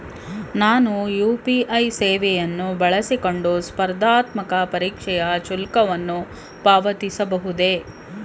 ನಾನು ಯು.ಪಿ.ಐ ಸೇವೆಯನ್ನು ಬಳಸಿಕೊಂಡು ಸ್ಪರ್ಧಾತ್ಮಕ ಪರೀಕ್ಷೆಯ ಶುಲ್ಕವನ್ನು ಪಾವತಿಸಬಹುದೇ?